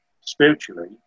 spiritually